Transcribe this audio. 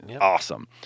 Awesome